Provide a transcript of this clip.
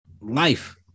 life